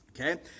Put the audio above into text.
Okay